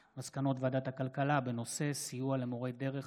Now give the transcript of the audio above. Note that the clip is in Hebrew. על מסקנות ועדת הבריאות בעקבות דיון